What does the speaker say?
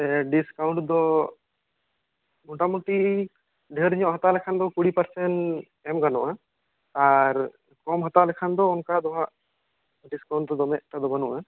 discount ᱫᱚ ᱢᱳᱴᱟ ᱢᱩᱴᱤ ᱰᱷᱮᱨ ᱧᱚᱜ ᱦᱟᱛᱟᱣ ᱞᱮᱠᱷᱟᱱ ᱫᱚ ᱠᱩᱲᱤ ᱯᱟᱨᱥᱮᱱ ᱮᱢ ᱜᱟᱱᱚᱜᱼᱟ ᱟᱨ ᱠᱚᱢ ᱦᱟᱛᱟᱣ ᱞᱮᱠᱷᱟᱱ ᱫᱚ ᱚᱱᱠᱟ ᱫᱚ ᱦᱟᱜ ᱰᱤᱥᱠᱟᱩᱱᱴ ᱫᱚ ᱫᱚᱢᱮ ᱮᱠᱴᱟ ᱫᱚ ᱵᱟᱹᱱᱩᱜᱼᱟ